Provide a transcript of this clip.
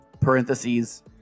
Parentheses